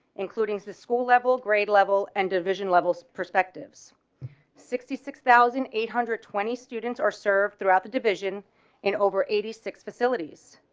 including the school level grade level and division levels perspectives sixty six thousand eight hundred and twenty students are served throughout the division and over eighty six facilities.